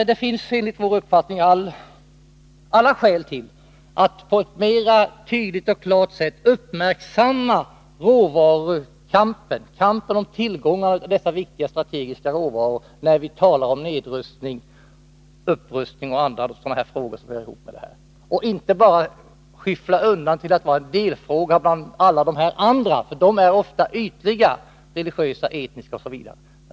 Det finns enligt vår uppfattning alla skäl att klarare och tydligare uppmärksamma kampen om tillgången till dessa viktiga strategiska råvaror när vi talar om nedrustning, upprustning och andra frågor som hör ihop därmed. Man får inte bara skyffla undan det till en delfråga bland alla de andra, som ofta är ytliga — religiösa frågor, etniska frågor osv.